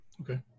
Okay